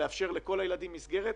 צריך לאפשר לכל הילדים מסגרת.